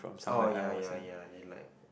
oh ya ya ya they like